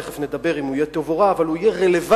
תיכף נדבר אם הוא יהיה טוב או רע אבל הוא יהיה רלוונטי